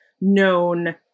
known